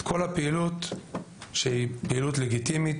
את כל הפעילות שהיא פעילות לגיטימית,